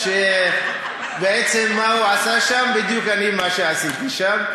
מה אני עושה שם?